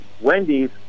Wendy's